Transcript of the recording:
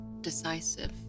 decisive